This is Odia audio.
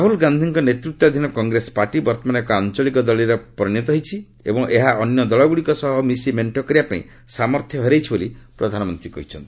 ରାହୁଲ ଗାନ୍ଧିଙ୍କ ନେତୃତ୍ୱାଧୀନ କଂଗ୍ରେସ ପାର୍ଟି ବର୍ତ୍ତମାନ ଏକ ଆଞ୍ଚଳିକ ଦଳରେ ପରିଣତ ହୋଇଛି ଏବଂ ଏହା ଅନ୍ୟ ଦଳଗୁଡ଼ିକ ସହ ମିଶି ମେଷ୍ଟ କରିବା ପାଇଁ ସାମର୍ଥ୍ୟ ହରାଇଛି ବୋଲି ପ୍ରଧାନମନ୍ତ୍ରୀ କହିଛନ୍ତି